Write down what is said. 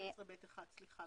סעיף 12(ב)(1).